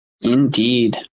Indeed